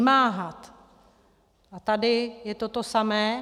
A tady je to to samé.